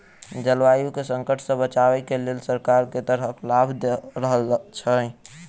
जलवायु केँ संकट सऽ बचाबै केँ लेल सरकार केँ तरहक लाभ दऽ रहल छै?